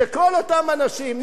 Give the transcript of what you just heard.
שכל אותם אנשים,